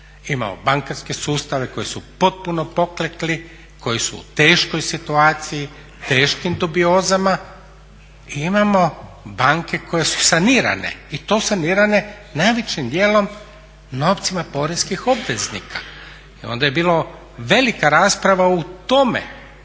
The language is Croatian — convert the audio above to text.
Imamo bankarske sustave koji su potpuno pokleknuli, koji su u teškoj situaciji, teškim dubiozama i imamo banke koje su sanirane i to sanirane najvećim dijelom novcima poreznih obveznika. I onda je bila velika rasprava u tome